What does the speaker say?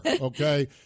okay